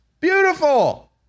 Beautiful